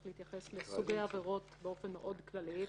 להתייחס לסוגי העבירות באופן מאוד כללי.